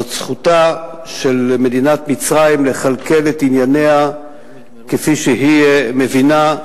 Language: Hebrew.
זאת זכותה של מדינת מצרים לכלכל את ענייניה כפי שהיא מבינה,